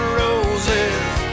roses